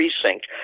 precinct